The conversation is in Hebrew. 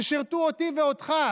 ששירתו אותי ואותך,